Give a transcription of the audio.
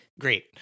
Great